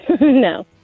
No